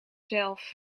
zelf